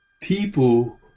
People